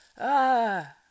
Ah